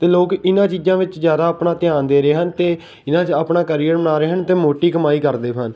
ਅਤੇ ਲੋਕ ਇਹਨਾਂ ਚੀਜ਼ਾਂ ਵਿੱਚ ਜ਼ਿਆਦਾ ਆਪਣਾ ਧਿਆਨ ਦੇ ਰਹੇ ਹਨ ਅਤੇ ਇਹਨਾਂ 'ਚ ਆਪਣਾ ਕਰੀਅਰ ਬਣਾ ਰਹੇ ਹਨ ਅਤੇ ਮੋਟੀ ਕਮਾਈ ਕਰਦੇ ਹਨ